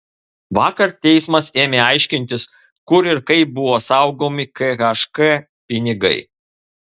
vakar teismas ėmė aiškintis kur ir kaip buvo saugomi khk pinigai